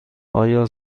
آیا